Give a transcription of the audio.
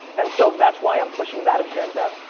and so that's why i'm pushing that agenda.